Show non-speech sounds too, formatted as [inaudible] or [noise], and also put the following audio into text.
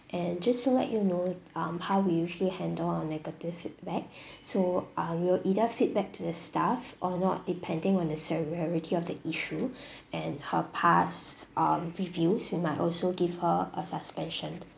and just to let you know um how we usually handle on negative feedback [breath] so um we'll either feedback to the staff or not depending on the severity of the issue [breath] and her past um reviews we might also give her a suspension